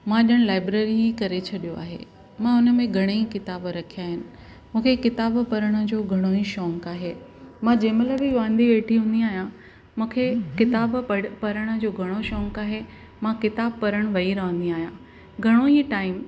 modern library ई करे छॾियो आहे मां हुनमें घणेई किताब रखिया आहिनि मूंखे किताबो पढ़ण जो घणेई शोंक़ु आहे मां जंहिं महिल बि वांदी वेठी हूंदी आहियां मूंखे किताब पढ़ण जो घणो शोंक़ु आहे मां किताबु पढ़ण वई रहंदी आहियां घणो ई टाइम